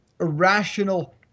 irrational